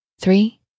three